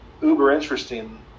uber-interesting